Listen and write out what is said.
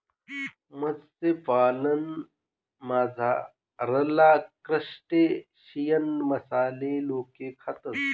मत्स्यपालनमझारला क्रस्टेशियन मासाले लोके खातस